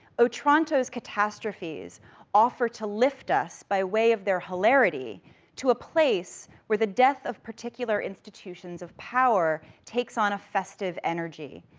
otranto's catastrophes offer to lift us by way of their hilarity to a place where the death of particular institutions of power takes on a festive energy,